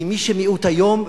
כי מי שמיעוט היום,